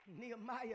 Nehemiah